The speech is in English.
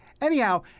Anyhow